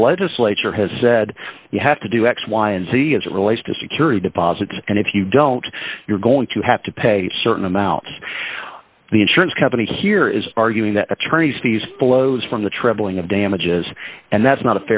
the legislature has said you have to do x y and z as it relates to security deposits and if you don't you're going to have to pay a certain amounts the insurance company here is arguing that attorneys fees flows from the trembling of damages and that's not